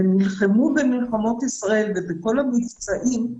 ונלחמו במלחמות ישראל ובכל המבצעים,